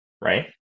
right